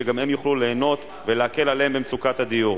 שגם הם יוכלו ליהנות ולהקל עליהם במצוקת הדיור.